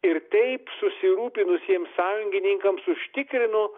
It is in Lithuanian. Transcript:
ir taip susirūpinusiems sąjungininkams užtikrino